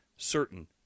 certain